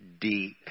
deep